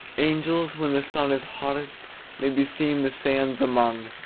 angels when the sun is hottest may be seen the sands among,